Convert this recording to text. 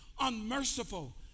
unmerciful